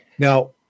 Now